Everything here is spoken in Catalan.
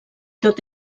tot